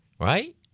right